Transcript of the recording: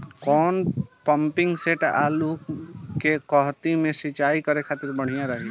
कौन pumping set आलू के कहती मे सिचाई करे खातिर बढ़िया रही?